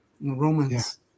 Romans